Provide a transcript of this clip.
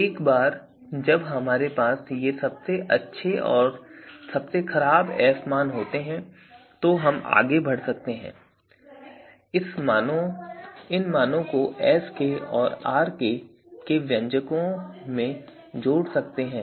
एक बार जब हमारे पास ये सबसे अच्छे और सबसे खराब f मान होते हैं तो हम आगे बढ़ सकते हैं और इन मानों को Skऔर Rk के व्यंजकों में जोड़ सकते हैं